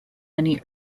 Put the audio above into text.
many